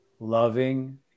Loving